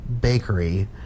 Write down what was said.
Bakery